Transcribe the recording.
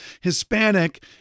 Hispanic